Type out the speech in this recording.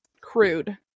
crude